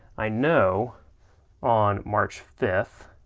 i know on march fifth,